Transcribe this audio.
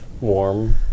warm